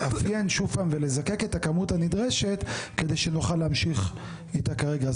לאפיין שוב פעם ולזקק את הכמות הנדרשת כדי שנוכל להמשיך איתה כרגע.